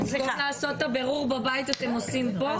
במקום לעשות את הבירור בבית אתם עושים פה?